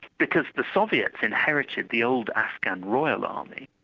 because the soviets inherited the old afghan royal army,